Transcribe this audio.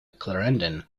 clarendon